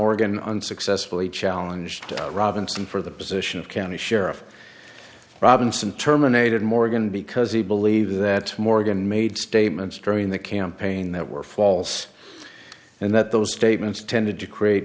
morgan unsuccessfully challenged robinson for the position of county sheriff robinson terminated morgan because he believed that morgan made statements during the campaign that were false and that those statements tended to create